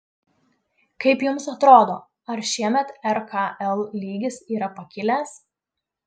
kaip jums atrodo ar šiemet rkl lygis yra pakilęs